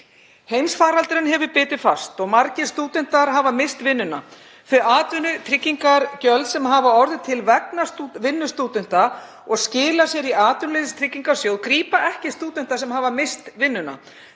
Heimsfaraldurinn hefur bitið fast og margir stúdentar hafa misst vinnuna. Þau atvinnutryggingagjöld, sem orðið hafa til vegna vinnu stúdenta og skila sér í Atvinnuleysistryggingasjóð, grípa ekki stúdenta sem misst hafa vinnuna.